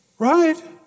Right